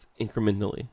incrementally